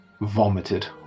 vomited